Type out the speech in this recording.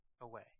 away